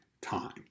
time